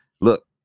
Look